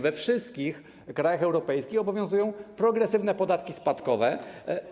We wszystkich krajach europejskich obowiązują progresywne podatki spadkowe.